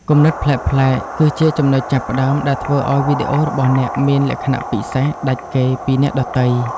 គំនិតប្លែកៗគឺជាចំណុចចាប់ផ្តើមដែលធ្វើឱ្យវីដេអូរបស់អ្នកមានលក្ខណៈពិសេសដាច់គេពីអ្នកដទៃ។